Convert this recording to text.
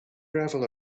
gravel